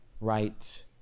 right